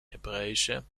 hebräische